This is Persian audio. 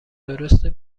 درسته